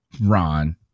Ron